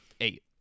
eight